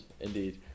Indeed